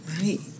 right